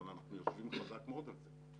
אבל אנחנו יושבים חזק מאוד על זה.